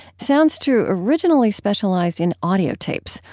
sounds true originally specialized in audiotapes,